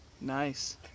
Nice